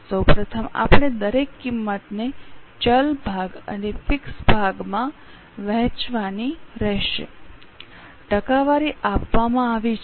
સૌ પ્રથમ આપણે દરેક કિંમતને ચલ ભાગ અને ફિક્સ ભાગમાં વહેંચવાની રહેશે ટકાવારી આપવામાં આવી છે